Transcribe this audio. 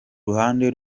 ruhande